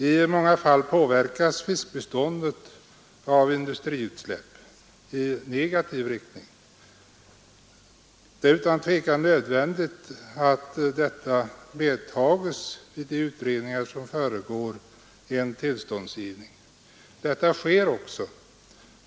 I många fall påverkas fiskbeståndet i negativ riktning av industriutsläpp. Det är utan tvivel nödvändigt att detta medtas i de utredningar som föregår en tillståndsgivning. Detta sker också.